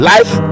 Life